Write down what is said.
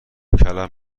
کلم